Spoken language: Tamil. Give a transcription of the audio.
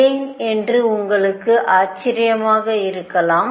ஏன் என்று உங்களுக்கு ஆச்சரியமாக இருக்கலாம்